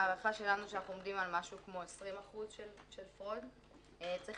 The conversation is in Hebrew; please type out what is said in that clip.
הערכה שלנו שאנחנו עומדים על משהו כמו 20%. צריך